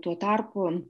tuo tarpu